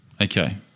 Okay